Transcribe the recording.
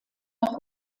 nach